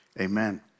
Amen